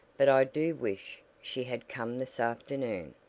but i do wish, she had come this afternoon.